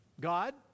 God